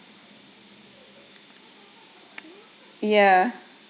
ya